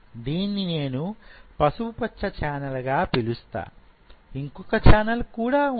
దీన్ని నేను పసుపు పచ్చ ఛానల్ గా పిలుస్తాను ఇంకొక ఛానల్ కూడా ఉన్నది